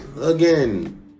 again